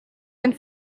and